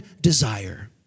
desire